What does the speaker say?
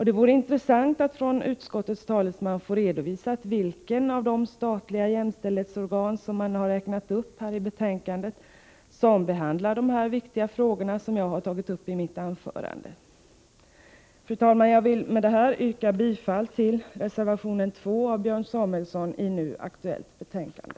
Det vore intressant att från utskottets talesman få redovisat vilket av de statliga jämställdhetsorgan bland de i betänkandet uppräknade som behandlar de viktiga frågor som jag har berört i mitt anförande. Fru talman! Med detta yrkar jag bifall till reservation 2 av Björn Samuelson i nu aktuellt betänkande.